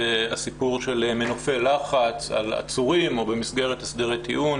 עלה הסיפור של מנופי לחץ על עצורים או במסגרת הסדרי טיעון